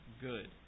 good